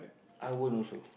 I won't also